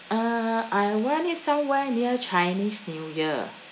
uh I want it somewhere near chinese new year